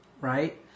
Right